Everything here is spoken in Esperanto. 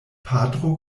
patro